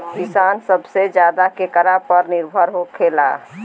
किसान सबसे ज्यादा केकरा ऊपर निर्भर होखेला?